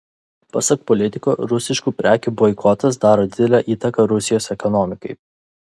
pasak politiko rusiškų prekių boikotas daro didelę įtaką rusijos ekonomikai